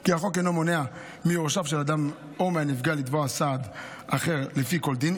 כי החוק אינו מונע מיורשיו של אדם או מהנפגע לתבוע סעד אחר לפי כל דין.